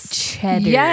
cheddar